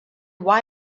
why